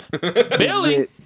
Billy